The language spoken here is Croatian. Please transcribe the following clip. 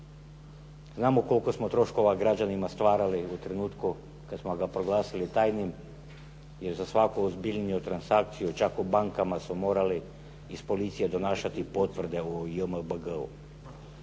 Znamo koliko smo troškova građanima stvarali kada smo ga proglasili tajnim, jer za svaku ozbiljniju transakciju čak u bankama su morali iz policije donositi potvrde o JMBG-o.